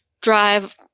drive